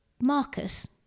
Marcus